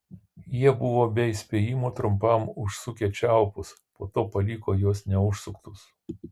jie buvo be įspėjimo trumpam užsukę čiaupus po to paliko juos neužsuktus